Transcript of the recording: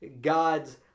God's